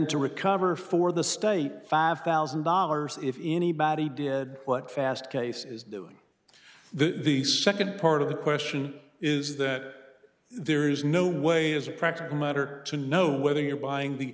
to recover for the state five thousand dollars if anybody did what fast case is doing the second part of the question is that there is no way as a practical matter to know whether you're buying the